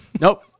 Nope